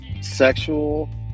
sexual